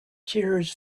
tears